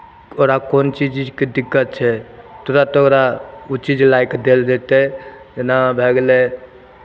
ओकरा कोन चीज उजके दिक्कत छै तुरन्त ओकरा ओ चीज ला कऽ देल जयतै जेना भए गेलै